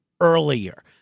earlier